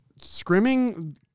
scrimming